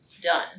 done